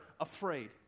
afraid